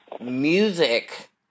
music